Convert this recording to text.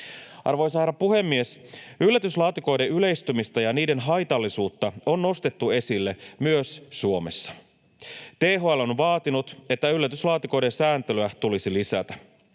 Arvoisa herra puhemies! Yllätyslaatikoiden yleistymistä ja niiden haitallisuutta on nostettu esille myös Suomessa. THL on vaatinut, että yllätyslaatikoiden sääntelyä tulisi lisätä.